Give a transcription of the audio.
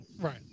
Right